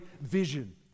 vision